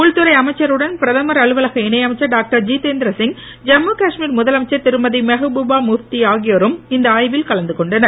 உள்துறை அமைச்சருடன் பிரதமர் அலுவலக இணை அமைச்சர் டாக்டர் திதேந்திரசிங் ஜம்மு காஷ்மீர் முதலமைச்சர் திருமதி மெகபூபா முஃதி ஆகியோரும் இந்த ஆய்வில் கலந்து கொண்டனர்